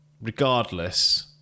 regardless